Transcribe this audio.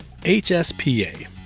HSPA